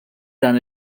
dan